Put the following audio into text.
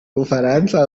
bufaransa